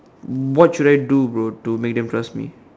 what should I do bro to make them trust me